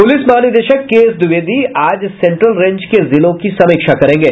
police महानिदेशक K S Dwivedi आज central range के जिलों की समीक्षा करेंगे